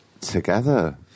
together